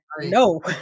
No